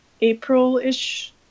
April-ish